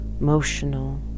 emotional